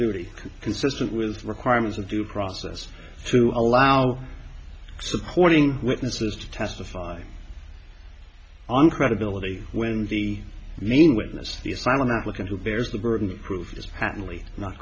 duty consistent with requirements and due process to allow supporting witnesses to testify on credibility when the main witness the asylum applicant who bears the burden of proof is patently not